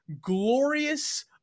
glorious